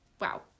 Wow